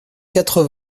quatre